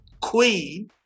queen